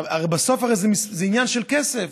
הרי בסוף זה עניין של כסף.